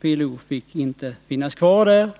PLO fick inte finnas kvar där.